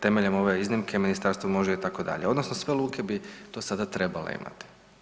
Temeljem ove iznimke ministarstvo može itd. odnosno sve luke bi to sada trebale imati.